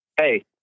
hey